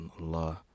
Allah